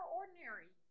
ordinary